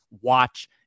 watch